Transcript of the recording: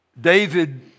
David